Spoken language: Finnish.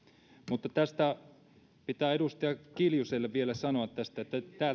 mutta pitää edustaja kiljuselle vielä sanoa tästä että